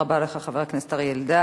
תודה רבה לך, חבר הכנסת אריה אלדד.